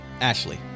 Ashley